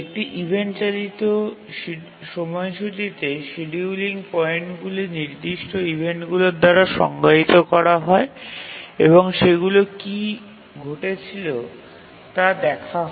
একটি ইভেন্ট চালিত সময়সূচীটিতে শিডিয়ুলিং পয়েন্টগুলি নির্দিষ্ট ইভেন্টগুলির দ্বারা সংজ্ঞায়িত করা হয় এবং সেগুলি কী ঘটেছিল তা দেখা হয়